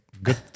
Good